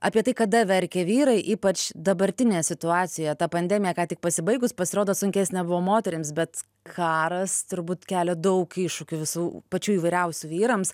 apie tai kada verkia vyrai ypač dabartinėje situacijoje ta pandemija ką tik pasibaigus pasirodo sunkesnė buvo moterims bet karas turbūt kelia daug iššūkių visų pačių įvairiausių vyrams